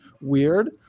weird